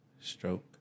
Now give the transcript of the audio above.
Stroke